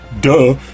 duh